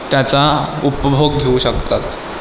त्याचा उपभोग घेऊ शकतात